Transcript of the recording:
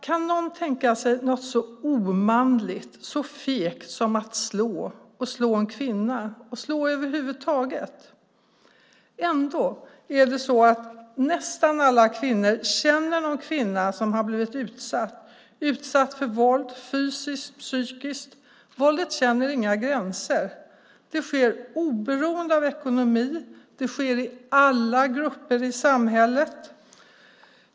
Kan någon tänka sig något så omanligt och så fegt som att slå, slå en kvinna, slå över huvud taget? Ändå är det så att nästan alla kvinnor känner någon kvinna som har blivit utsatt för våld, fysiskt eller psykiskt. Våldet känner inga gränser. Det sker oberoende av ekonomi. Det sker i alla grupper i samhället.